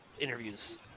Interviews